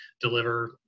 deliver